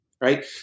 Right